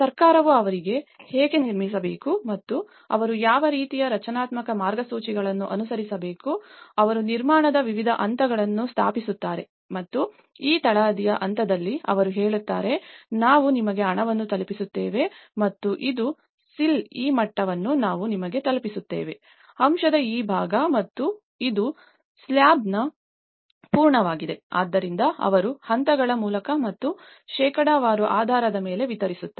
ಸರ್ಕಾರವು ಅವರಿಗೆ ಹೇಗೆ ನಿರ್ಮಿಸಬೇಕು ಮತ್ತು ಅವರು ಯಾವ ರೀತಿಯ ರಚನಾತ್ಮಕ ಮಾರ್ಗಸೂಚಿಗಳನ್ನು ಅನುಸರಿಸಬೇಕು ಮತ್ತು ಅವರು ನಿರ್ಮಾಣದ ವಿವಿಧ ಹಂತಗಳನ್ನು ಸ್ಥಾಪಿಸುತ್ತಾರೆ ಮತ್ತು ಈ ತಳಹದಿಯ ಹಂತದಲ್ಲಿ ಅವರು ಹೇಳುತ್ತಾರೆ ನಾವು ನಿಮಗೆ ಹಣವನ್ನು ತಲುಪಿಸುತ್ತೇವೆ ಮತ್ತು ಇದು ಸಿಲ್ ಈ ಮಟ್ಟವನ್ನು ನಾವು ನಿಮಗೆ ತಲುಪಿಸುತ್ತೇವೆ ಅಂಶದ ಈ ಭಾಗ ಮತ್ತು ಇದು ಸ್ಲ್ಯಾಬ್ನ ಪೂರ್ಣಗೊಂಡಿದೆ ಆದ್ದರಿಂದ ಅವರು ಹಂತಗಳ ಮೂಲಕ ಮತ್ತು ಶೇಕಡಾವಾರು ಆಧಾರದ ಮೇಲೆ ವಿತರಿಸುತ್ತಾರೆ